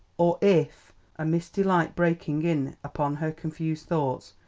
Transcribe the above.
or if a misty light breaking in upon her confused thoughts,